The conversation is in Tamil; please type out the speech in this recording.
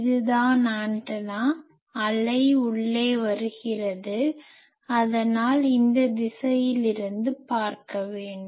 இது தான் ஆண்டனா அலை உள்ளே வருகிறது அதனால் இந்த திசையில் இருந்து பார்க்க வேண்டும்